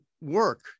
work